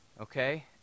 Okay